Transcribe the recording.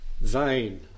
vain